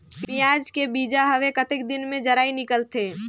पियाज के बीजा हवे कतेक दिन मे जराई निकलथे?